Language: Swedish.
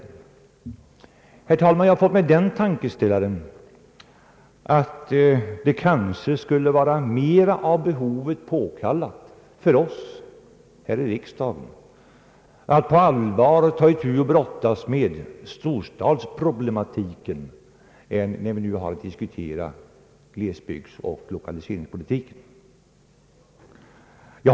Jag har fått mig den tankeställaren att det kanske skulle vara mera av behovet påkallat för oss här i riksdagen att på allvar ta itu med och brottas med storstadsproblematiken än med det vi nu har att diskutera, nämligen glesbygdsoch lokaliseringspolitiken.